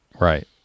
right